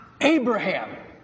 Abraham